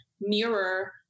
mirror